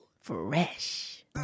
Fresh